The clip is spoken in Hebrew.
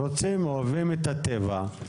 הם אוהבים את הטבע,